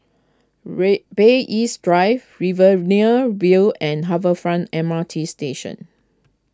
ray Bay East Drive Riverina View and Harbour Front M R T Station